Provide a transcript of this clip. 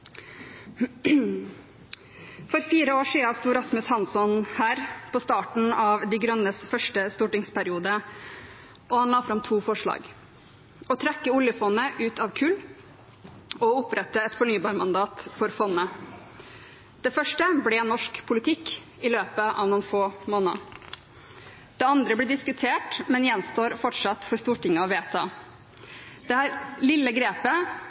For fire år siden sto Rasmus Hansson her på starten av De Grønnes første stortingsperiode, og han la fram to forslag: å trekke oljefondet ut av kull og å opprette et fornybarmandat for fondet. Det første ble norsk politikk i løpet av noen få måneder. Det andre ble diskutert, men gjenstår fortsatt for Stortinget å vedta. Dette lille grepet